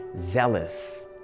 zealous